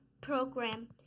program